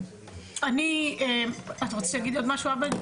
אתה רוצה להגיד עוד משהו עבד?